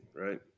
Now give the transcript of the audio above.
right